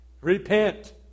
Repent